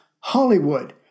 hollywood